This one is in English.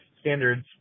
standards